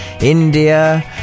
India